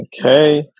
Okay